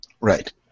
Right